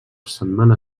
setmana